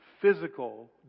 physical